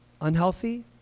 unhealthy